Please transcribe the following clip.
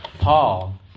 Paul